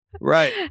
right